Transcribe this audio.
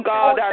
God